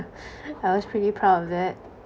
I was pretty proud of that